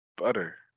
butter